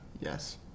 yes